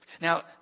Now